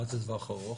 מה זה טווח ארוך?